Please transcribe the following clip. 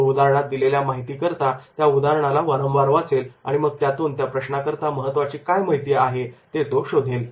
तो उदाहरणात दिलेल्या माहितीकरता त्या उदाहरणाला वारंवार वाचेल आणि मग त्यातून त्या प्रश्न करता महत्त्वाची माहिती काय आहे हे तो शो दय